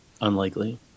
Unlikely